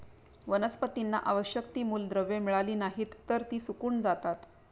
वनस्पतींना आवश्यक ती मूलद्रव्ये मिळाली नाहीत, तर ती सुकून जातात